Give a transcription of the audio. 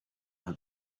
had